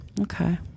Okay